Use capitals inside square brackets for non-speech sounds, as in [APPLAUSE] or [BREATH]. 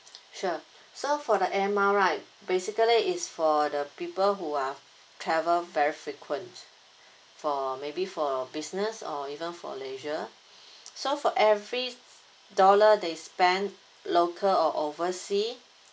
sure so for the air miles right basically is for the people who are travel very frequent for maybe for business or even for leisure [BREATH] so for every dollar they spent local or oversea